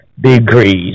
degrees